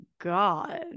god